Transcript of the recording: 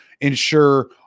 ensure